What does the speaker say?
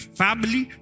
family